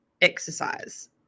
exercise